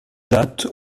dates